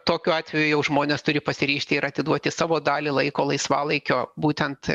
tokiu atveju jau žmonės turi pasiryžti ir atiduoti savo dalį laiko laisvalaikio būtent